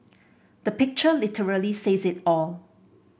the picture literally says it all